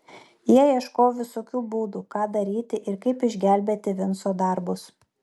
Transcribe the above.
jie ieškojo visokių būdų ką daryti ir kaip išgelbėti vinco darbus